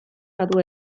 badu